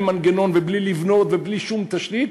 מנגנון ובלי לבנות ובלי שום תשתית,